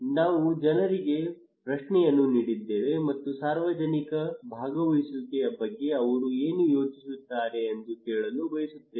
ನಾವು ಜನರಿಗೆ ಪ್ರಶ್ನೆಗಳನ್ನು ನೀಡಿದ್ದೇವೆ ಮತ್ತು ಸಾರ್ವಜನಿಕ ಭಾಗವಹಿಸುವಿಕೆಯ ಬಗ್ಗೆ ಅವರು ಏನು ಯೋಚಿಸುತ್ತಾರೆ ಎಂದು ಕೇಳಲು ಬಯಸುತ್ತೇವೆ